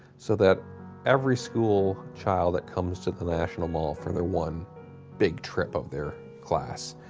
so that every school child that comes to the national mall for their one big trip of their class,